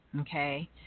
Okay